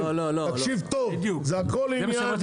תקשיב טוב זה הכל עניין